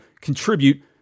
contribute